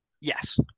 Yes